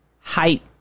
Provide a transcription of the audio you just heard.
height